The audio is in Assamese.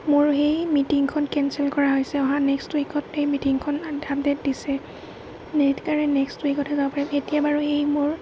মোৰ সেই মিটিংখন কেনচেল কৰা হৈছে অহা নেক্সট উইকত সেই মিটিংখন আপডেট দিছে সেইকাৰণে নেক্সট উইকতহে যাব পাৰিব এতিয়া বাৰু সেই মোৰ